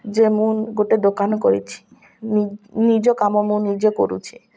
ଯେ ମୁଁ ଗୋଟେ ଦୋକାନ କରିଛି ନି ନିଜ କାମ ମୁଁ ନିଜେ କରୁଛି